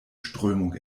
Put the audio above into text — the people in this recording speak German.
strömung